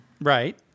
right